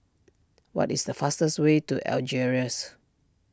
what is the fastest way to Algiers